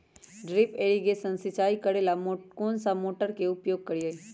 Drip irrigation सिंचाई करेला कौन सा मोटर के उपयोग करियई?